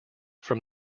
from